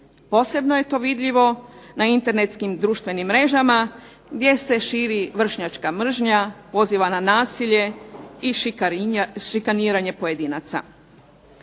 Posebno je to vidljivo na internetskim društvenim mrežama gdje se vrši vršnjačka mržnja, poziva na nasilje i šikaniranje pojedinaca.